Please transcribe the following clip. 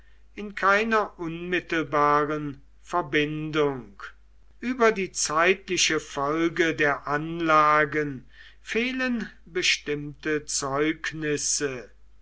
in keiner unmittelbaren verbindung über die zeitliche folge der anlagen fehlen bestimmte zeugnisse